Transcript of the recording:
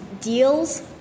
deals –